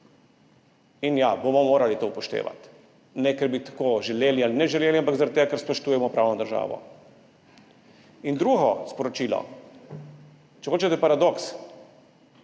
In ja, bomo morali to upoštevati. Ne ker bi tako želeli ali ne želeli, ampak zaradi tega ker spoštujemo pravno državo. In drugo sporočilo, če hočete paradoks,